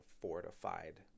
fortified